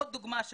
עוד דוגמה.